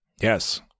Yes